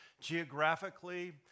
geographically